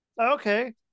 Okay